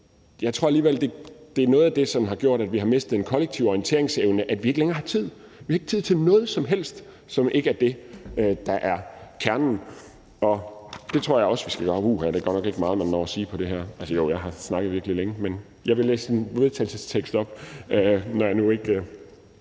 jeg tror alligevel, det er noget af det, som har gjort, at vi har mistet en kollektiv orienteringsevne, nemlig at vi ikke længere har tid. Vi har ikke tid til noget som helst, som ikke er det, der er kernen. Og det tror jeg også vi skal gøre noget ved. Uha, det er godt nok ikke meget, man når at sige om det her område, selv om jeg har snakket virkelig længe. Jeg vil læse et forslag til vedtagelse op, når jeg nu ikke